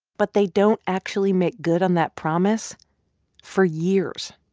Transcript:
but they don't actually make good on that promise for years.